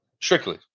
Strictly